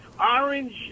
Orange